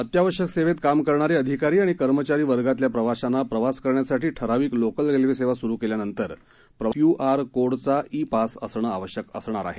अत्यावश्यक सेवेत काम करणारे अधिकारी आणि कर्मचारी वर्गातल्या प्रवाशांना प्रवास करण्यासाठी ठराविक लोकल रेल्वे सेवा स्रु केल्यानंतर प्रवाशांकडे आता प्रवासासाठी क्य् आर कोडचा ई पास असणं आवश्यक असणार आहे